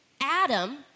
Adam